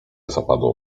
zapadło